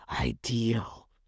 ideal